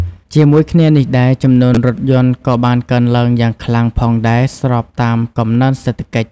ជាមួយគ្នានេះដែរ ចំនួនរថយន្តក៏បានកើនឡើងយ៉ាងខ្លាំងផងដែរស្របតាមកំណើនសេដ្ឋកិច្ច។